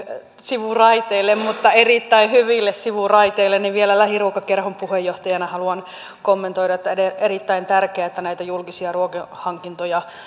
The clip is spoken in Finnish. sivuraiteille mutta erittäin hyville sivuraiteille niin vielä lähiruokakerhon puheenjohtajana haluan kommentoida että on erittäin tärkeää että näitä julkisia ruokahankintoja